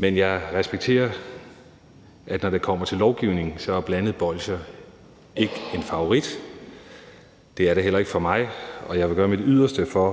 Jeg respekterer, når det kommer til lovgivning, at blandede bolsjer ikke er en favorit. Det er det heller ikke for mig, og jeg vil gøre mit yderste for